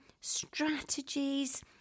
strategies